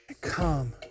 come